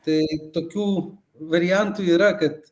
tai tokių variantų yra kad